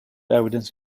evidence